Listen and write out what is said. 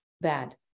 bad